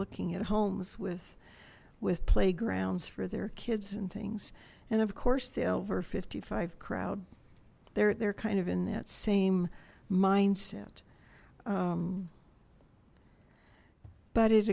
looking at homes with with playgrounds for their kids and things and of course the over fifty five crowd there they're kind of in that same mindset but it